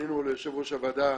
כשפנינו ליושב-ראש הוועדה,